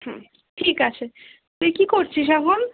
হুম ঠিক আছে তুই কি করছিস এখন